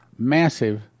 massive